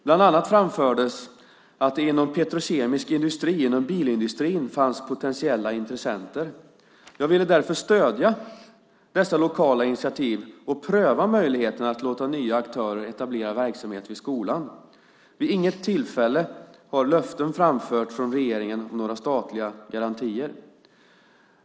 Bland annat framfördes att det inom petrokemisk industri och inom bilindustrin fanns potentiella intressenter. Jag ville därför stödja dessa lokala initiativ och pröva möjligheten att låta nya aktörer etablera verksamhet vid skolan. Vid inget tillfälle har löften framförts från regeringen om några statliga garantier.